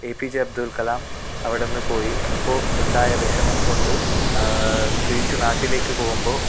A P J Abdul Kalam അവിടെ നിന്ന് പോയി അപ്പോൾ ഉണ്ടായ വിഷമം കൊണ്ട് തിരിച്ച് നാട്ടിലേക്ക് പോകുമ്പോൾ